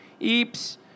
Eeps